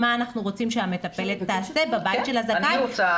מה אנחנו רוצים שהמטפלת תעשה בבית של הקשיש.